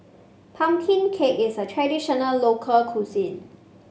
Pumpkin cake is a traditional local cuisine